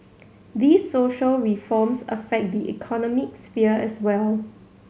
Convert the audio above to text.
these social reforms affect the economic sphere as well